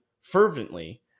fervently